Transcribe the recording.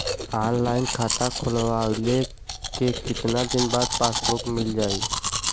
Online खाता खोलवईले के कितना दिन बाद पासबुक मील जाई?